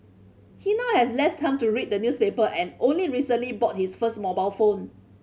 he now has less time to read the newspaper and only recently bought his first mobile phone